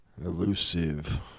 elusive